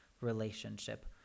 relationship